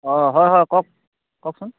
অঁ হয় হয় কওক কওকচোন